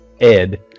Ed